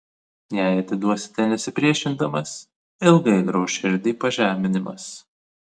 jei atiduosite nesipriešindamas ilgai grauš širdį pažeminimas